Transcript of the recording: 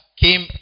came